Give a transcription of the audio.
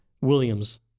Williams